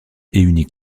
unique